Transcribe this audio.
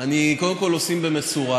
קודם כול עושים במשורה,